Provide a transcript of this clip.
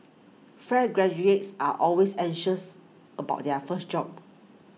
fresh graduates are always anxious about their first job